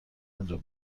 انجام